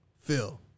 Phil